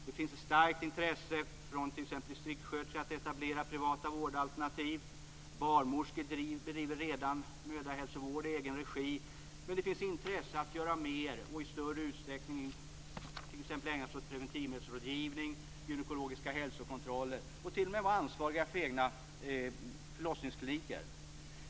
Det finns ett starkt intresse från t.ex. distriktssköterskor att etablera privata vårdalternativ. Barnmorskor bedriver redan mödrahälsovård i egen regi, men det finns intresse att göra det i större utsträckning och även ägna sig åt preventivmedelsrådgivning, gynekologiska hälsokontroller och t.o.m. ansvara för egna förlossningskliniker.